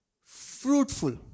fruitful